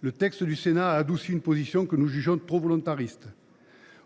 Le texte du Sénat a adouci une position que nous jugions trop volontariste.